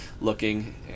looking